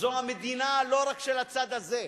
זו המדינה לא רק של הצד הזה,